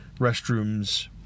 restrooms